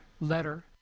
letter